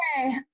Okay